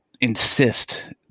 insist